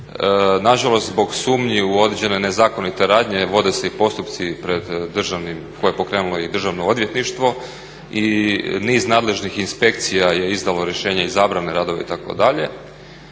Nažalost, zbog sumnji u određene nezakonite radnje jer vode se i postupci koje je pokrenulo i Državno odvjetništvo i niz nadležnih inspekcija je izdalo rješenja i zabrane radova itd.,